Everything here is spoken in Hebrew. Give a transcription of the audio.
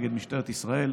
נ' משטרת ישראל,